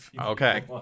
okay